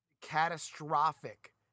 catastrophic